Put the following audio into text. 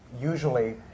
Usually